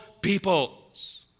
peoples